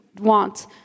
want